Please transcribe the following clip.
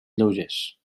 lleugers